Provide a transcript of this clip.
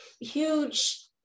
huge